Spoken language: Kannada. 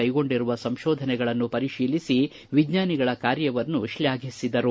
ಕೈಗೊಂಡಿರುವ ಸಂಶೋಧನೆಗಳನ್ನು ಪರಿಶೀಲಿಸಿ ವಿಜ್ಞಾನಿಗಳ ಕಾರ್ಯವನ್ನು ಶ್ಲಾಘಿಸಿದರು